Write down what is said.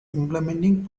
implementing